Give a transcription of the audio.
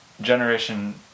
Generation